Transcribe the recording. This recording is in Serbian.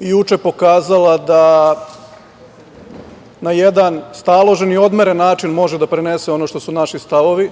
juče pokazala da na jedan staložen i odmeren način može da prenese ono što su naši stavovi,